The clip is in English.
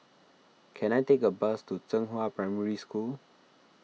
can I take a bus to Zhenghua Primary School